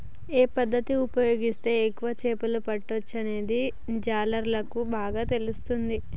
ఏ పద్దతి ఉపయోగిస్తే ఎక్కువ చేపలు పట్టొచ్చనేది జాలర్లకు బాగా తెలుస్తది